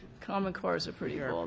common core's a pretty ah bold